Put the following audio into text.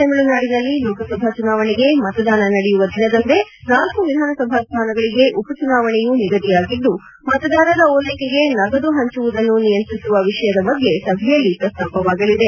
ತಮಿಳುನಾಡಿನಲ್ಲಿ ಲೋಕಸಭಾ ಚುನಾವಣೆಗೆ ಮತದಾನ ನಡೆಯುವ ದಿನದಂದೇ ಳ ವಿಧಾನಸಭಾ ಸ್ಥಾನಗಳಿಗೆ ಉಪಚುನಾವಣೆಯೂ ನಿಗದಿಯಾಗಿದ್ದು ಮತದಾರರ ಓಲೈಕೆಗೆ ನಗದು ಹಂಚುವುದನ್ನು ನಿಯಂತ್ರಿಸುವ ವಿಷಯದ ಬಗ್ಗೆ ಸಭೆಯಲ್ಲಿ ಪ್ರಸ್ತಾಪವಾಗಲಿದೆ